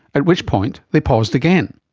at which point they paused again.